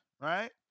right